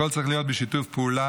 הכול צריך להיות בשיתוף פעולה,